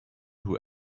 who